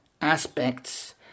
aspects